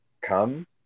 come